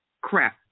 crap